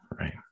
right